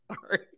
Sorry